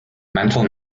mental